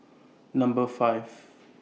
Number five